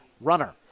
runner